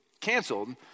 canceled